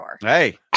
Hey